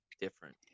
different